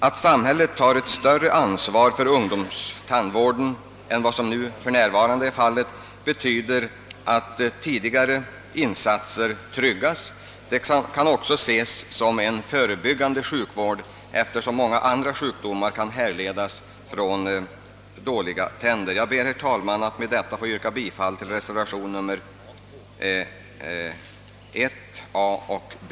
Att samhället tar ett större ansvar för ungdomstandvården än vad som för närvarande är fallet betyder att tidigare insatser på området tryggas. En sådan vård kan också ses som förebyggande sjukvård, eftersom många sjukdomar kan härledas från dåliga tänder. Herr talman! Jag ber med det anförda att få yrka bifall till reservationerna 1 a) och b).